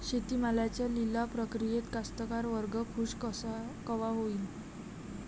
शेती मालाच्या लिलाव प्रक्रियेत कास्तकार वर्ग खूष कवा होईन?